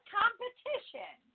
competition